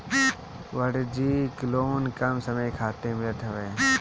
वाणिज्यिक लोन कम समय खातिर मिलत हवे